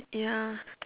ya